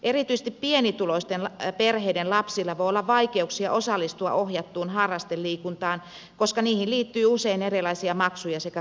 erityisesti pienituloisten perheiden lapsilla voi olla vaikeuksia osallistua ohjattuun harrasteliikuntaan koska siihen liittyy usein erilaisia maksuja sekä kalliita välineitä